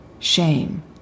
shame